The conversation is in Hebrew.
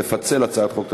לפצל הצעת חוק,